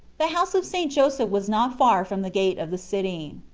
the house of st. joseph was not far from the gate of the city.